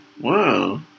Wow